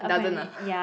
doesn't ah